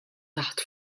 taħt